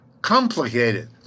complicated